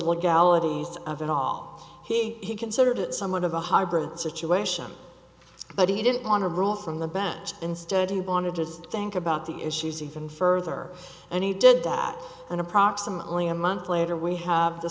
legalities of it all he considered it somewhat of a hybrid situation but he didn't want to rule from the bench instead he wanted just think about the issues even further and he did that in approximately a month later we have the